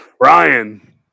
Ryan